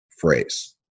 phrase